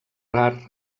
rar